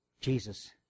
Jesus